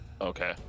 okay